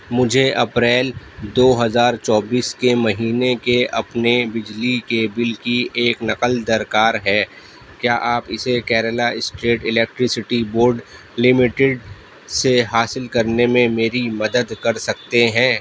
مجھے اپریل دو ہزار چوبیس کے مہینے کے اپنے بجلی کے بل کی ایک نقل درکار ہے کیا آپ اسے Kerala state electricity board limited سے حاصل کرنے میں میری مدد کر سکتے ہیں